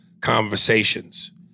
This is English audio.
conversations